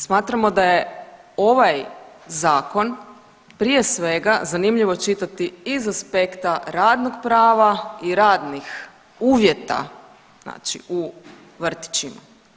Smatramo da je ovaj zakon prije svega zanimljivo čitati iz aspekta radnog prava i radnih uvjeta znači u vrtićima.